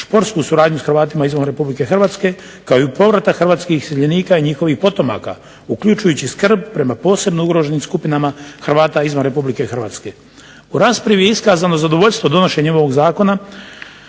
športsku suradnju s Hrvatima izvan RH kao i povratak hrvatskih iseljenika i njihovih potomaka uključujući skrb prema posebno ugroženim skupinama Hrvata izvan RH. U raspravi je iskazano zadovoljstvo donošenjem ovog zakona